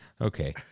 Okay